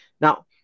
Now